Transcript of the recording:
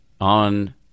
on